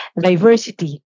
diversity